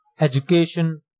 Education